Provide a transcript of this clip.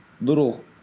little